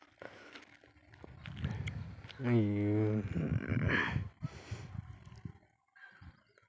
ᱤᱭᱟᱹ